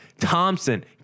Thompson